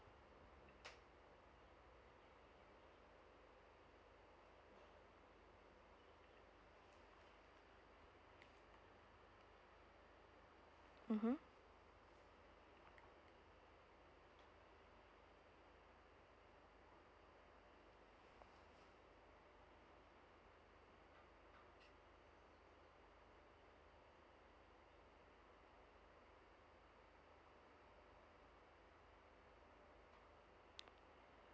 mmhmm